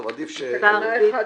הצבעה בעד פה אחד